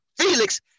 Felix